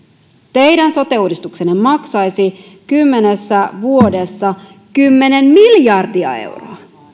teidän sote uudistuksenne maksaisi kymmenessä vuodessa kymmenen miljardia euroa